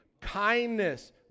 kindness